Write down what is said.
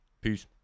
Peace